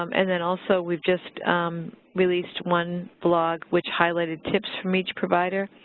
um and then also we just released one blog which highlighted tips from each provider.